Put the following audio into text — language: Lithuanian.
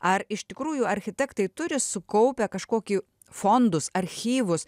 ar iš tikrųjų architektai turi sukaupę kažkokį fondus archyvus